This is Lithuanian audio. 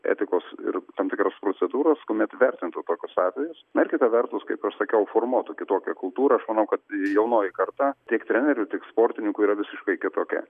etikos ir tam tikros procedūros kuomet vertintų tokius atvejus na ir kita vertus kaip sakiau formuotų kitokią kultūrą aš manau kad jaunoji karta tiek trenerių tik sportininkų yra visiškai kitokia